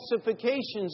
specifications